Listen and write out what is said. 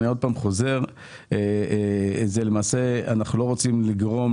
אני שוב אומר שלמעשה אנחנו לא רוצים לגרום